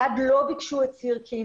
אלעד לא ביקשו את סירקין.